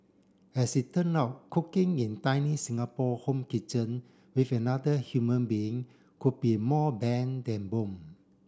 as it turn out cooking in tiny Singapore home kitchen with another human being could be more bane than boon